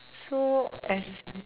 so as